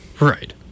Right